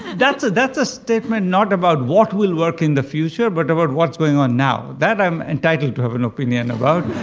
that's that's a statement not about what will work in the future, but about what's going on now. that i am entitled to have an opinion about,